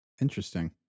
Interesting